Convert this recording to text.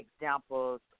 examples